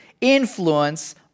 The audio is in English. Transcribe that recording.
influence